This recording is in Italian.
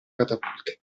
catapulte